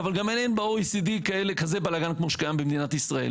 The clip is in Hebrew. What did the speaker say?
אבל אין להם גם ב-OECD כזה בלגן כמו שקיים במדינת ישראל